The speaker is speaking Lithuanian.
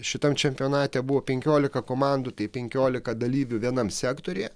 šitam čempionate buvo penkiolika komandų tai penkiolika dalyvių vienam sektoriuje